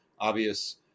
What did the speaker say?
obvious